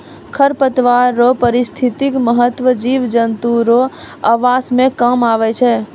खरपतवार रो पारिस्थितिक महत्व जिव जन्तु रो आवास मे काम आबै छै